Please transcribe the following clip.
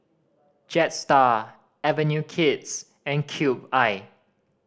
Jetstar Avenue Kids and Cube I